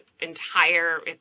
entire